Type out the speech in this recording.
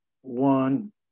one